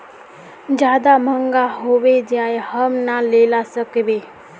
ज्यादा महंगा होबे जाए हम ना लेला सकेबे?